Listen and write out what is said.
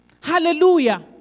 Hallelujah